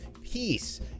Peace